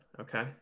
okay